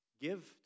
give